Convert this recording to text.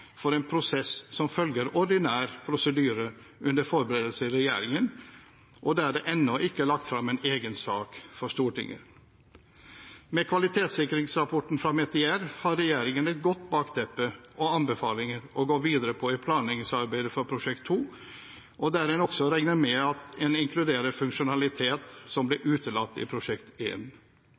for en prosess som følger ordinær prosedyre under forberedelse i regjeringen, og der det ennå ikke er lagt fram en egen sak for Stortinget. Med kvalitetsikringsrapporten fra Metier har regjeringen et godt bakteppe og anbefalinger å gå videre på i planleggingsarbeidet for Prosjekt 2, der en også regner med at en inkluderer funksjonalitet som ble utelatt i Prosjekt 1. En